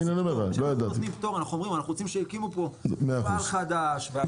כשאנחנו נותנים פטור אנחנו אומרים אנחנו רוצים שיקימו מפעל חדש.